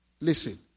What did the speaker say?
Listen